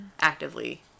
actively